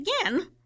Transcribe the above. again